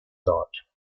thought